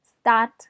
start